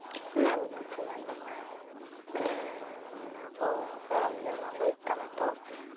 ᱚᱱᱟ ᱵᱷᱩᱥᱤᱢᱟᱞ ᱫᱚᱠᱟᱱ ᱨᱮ ᱢᱟᱱᱮ ᱚᱱᱟ ᱠᱚ ᱥᱚᱨᱚᱧᱡᱟᱢ ᱟᱹᱜᱩᱭ ᱦᱩᱭᱩᱜ ᱛᱟᱢᱟ ᱛᱚ